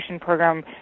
program